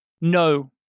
no